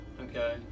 Okay